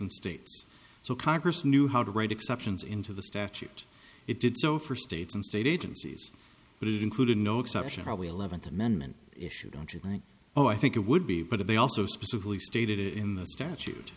and states so congress knew how to write exceptions into the statute it did so for states and state agencies but it included no exception probably eleventh amendment issue don't you think oh i think it would be but they also specifically stated in the statute